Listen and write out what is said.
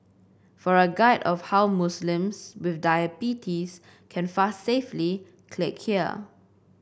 for a guide of how Muslims with diabetes can fast safely click here